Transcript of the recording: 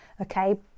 okay